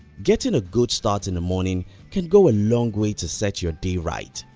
getting a good start in the morning can go a long way to set your day right,